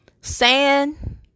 sand